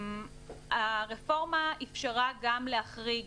הרפורמה אפשרה גם להחריג